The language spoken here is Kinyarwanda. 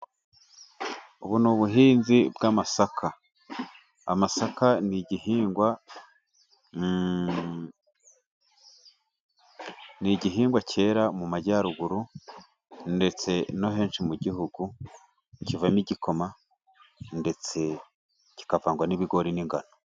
Ubu ni ubuhinzi bw'amasaka. Amasaka ni igihingwa, ni igihingwa cyera mu Majyaruguru ndetse na henshi mu gihugu. Kivamo igikoma, ndetse kikavangwa n'ibigori n'ingano.